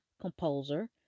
composer